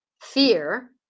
fear